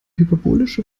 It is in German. hyperbolische